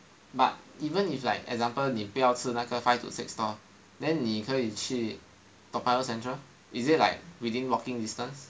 but even if like example 你不要吃那个 five to six stall then 你可以去到 Toa Payoh central is it like within walking distance